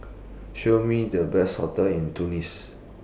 Show Me The Best hotels in Tunis